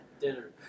Dinner